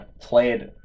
played